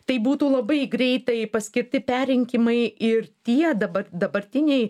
tai būtų labai greitai paskirti perrinkimai ir tie dabar dabartiniai